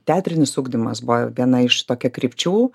teatrinis ugdymas buvo viena iš tokia krypčių